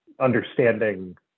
understanding